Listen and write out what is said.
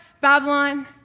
Babylon